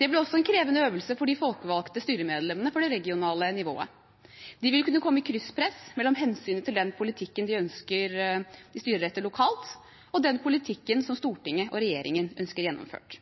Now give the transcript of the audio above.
Det blir også en krevende øvelse for de folkevalgte styremedlemmene for det regionale nivået. De vil kunne komme i krysspress mellom hensynet til den politikken de styrer etter lokalt, og den politikken som Stortinget og regjeringen ønsker gjennomført.